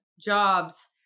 jobs